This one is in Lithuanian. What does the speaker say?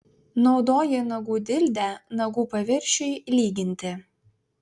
naudoji nagų dildę nagų paviršiui lyginti